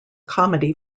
comedy